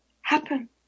happen